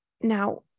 Now